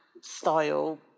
style